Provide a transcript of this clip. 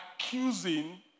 accusing